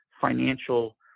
financial